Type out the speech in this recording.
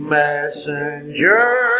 messenger